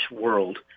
world